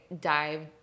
dive